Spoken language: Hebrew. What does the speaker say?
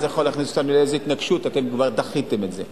זה יכול להכניס אותנו לאיזה התנגשות אתם כבר דחיתם את זה.